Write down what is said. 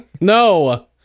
no